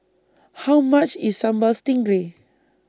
How much IS Sambal Stingray